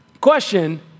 Question